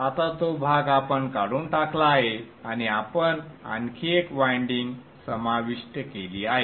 आता तो भाग आपण काढून टाकला आहे आणि आपण आणखी एक वायंडिंग समाविष्ट केली आहे